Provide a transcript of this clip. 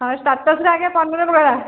ହଉ